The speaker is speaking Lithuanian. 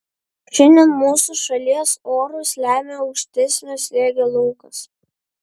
šiandien mūsų šalies orus lemia aukštesnio slėgio laukas